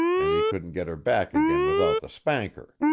and he couldn't get her back again without the spanker.